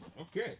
Okay